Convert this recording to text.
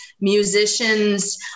musicians